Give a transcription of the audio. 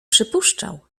przypuszczał